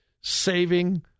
saving